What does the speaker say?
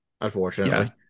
unfortunately